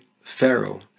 Pharaoh